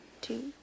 two